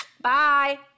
Bye